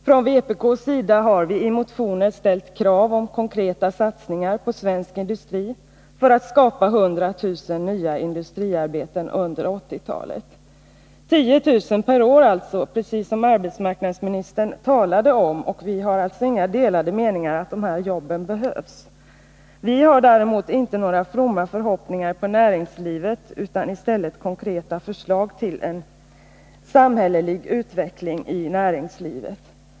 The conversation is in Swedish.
Från vpk:s sida har vi i motioner ställt krav om konkreta satsningar på svensk industri för att skapa 100 000 nya industriarbeten under 1980-talet. 10 000 per år alltså, precis som arbetsmarknadsministern talade om. Det råder således inga delade meningar om behovet av de här jobben. Vi har däremot inte några fromma förhoppningar när det gäller näringslivet utan i stället konkreta förslag till en samhälleligt riktig utveckling i näringslivet.